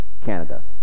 Canada